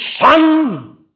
Son